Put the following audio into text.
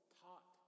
taught